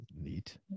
neat